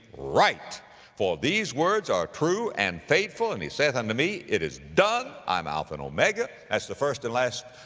write for these words are true and faithful and he saith unto me, it is done. i am alpha and omega that's the first and last,